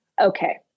Okay